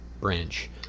branch